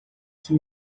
que